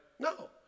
No